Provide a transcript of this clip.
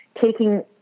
taking